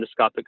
endoscopic